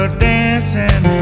dancing